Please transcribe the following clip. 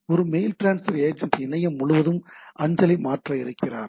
ஒரு mail transfer agent இணையம் முழுவதும் அஞ்சலை மாற்ற இருக்கிறார்